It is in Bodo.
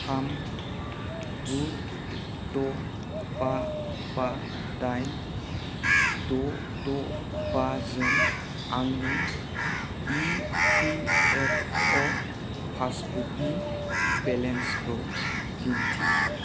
थाम गु द बा बा दाइन द द बाजों आंनि इपिएफअ पासबुकनि बेलेन्सखौ दिन्थि